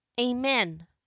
amen